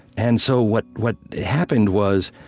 and so what what happened was,